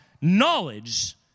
knowledge